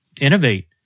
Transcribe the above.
innovate